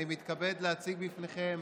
אני מתכבד להציג בפניכם